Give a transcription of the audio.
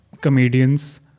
comedians